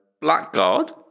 Blackguard